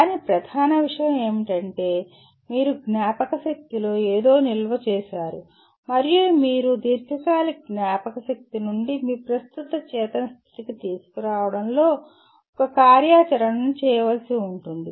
కానీ ప్రధాన విషయం ఏమిటంటే మీరు జ్ఞాపకశక్తిలో ఏదో నిల్వ చేసారు మరియు మీరు దీర్ఘకాలిక జ్ఞాపకశక్తి నుండి మీ ప్రస్తుత చేతన స్థితికి తీసుకురావడంలో ఒక కార్యాచరణను చేయవలసి ఉంటుంది